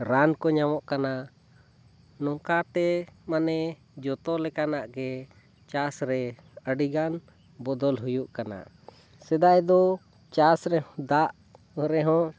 ᱨᱟᱱ ᱠᱚ ᱧᱟᱢᱚᱜ ᱠᱟᱱᱟ ᱱᱚᱝᱠᱟ ᱛᱮ ᱢᱟᱱᱮ ᱡᱚᱛᱚ ᱞᱮᱠᱟᱱᱟᱜ ᱜᱮ ᱪᱟᱥ ᱨᱮ ᱟᱹᱰᱤ ᱜᱟᱱ ᱵᱚᱫᱚᱞ ᱦᱩᱭᱩᱜ ᱠᱟᱱᱟ ᱥᱮᱫᱟᱭ ᱫᱚ ᱪᱟᱥ ᱨᱮ ᱫᱟᱜ ᱨᱮᱦᱚᱸ